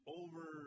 over